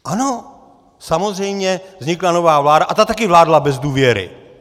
Ano, samozřejmě vznikla nová vláda a ta taky vládla bez důvěry.